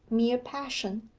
mere passion.